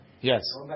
Yes